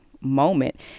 moment